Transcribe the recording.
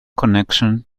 connection